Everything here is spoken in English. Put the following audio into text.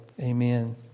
Amen